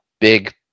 big